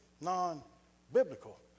non-biblical